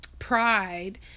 pride